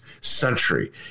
Century